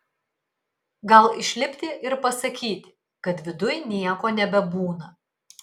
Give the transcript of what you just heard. gal išlipti ir pasakyti kad viduj nieko nebebūna